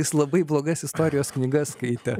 jis labai blogas istorijos knygas skaitė